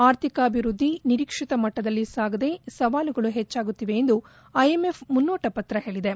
ಆರ್ಥಿಕಾಭಿವೃದ್ಧಿ ನಿರೀಕ್ಷಿತ ಮಟ್ಟದಲ್ಲಿ ಸಾಗದೆ ಸವಾಲುಗಳು ಹೆಚ್ಚಾಗುತ್ತಿವೆ ಎಂದು ಐಎಂಎಫ್ ಮುನ್ಯೋಟ ಪತ್ರ ಹೇಳಿದೆ